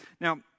Now